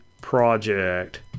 Project